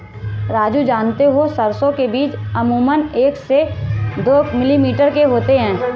राजू जानते हो सरसों के बीज अमूमन एक से दो मिलीमीटर के होते हैं